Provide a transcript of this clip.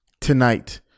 tonight